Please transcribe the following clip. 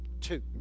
Two